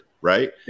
Right